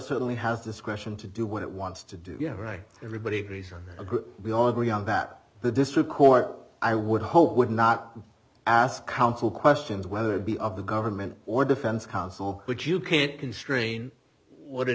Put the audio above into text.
certainly has discretion to do what it wants to do you have a right everybody agrees we all agree on that the district court i would hope would not ask counsel questions whether it be of the government or defense counsel but you can't constrain what a